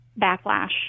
backlash